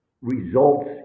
results